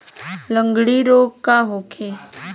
लगंड़ी रोग का होखे?